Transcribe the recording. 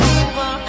over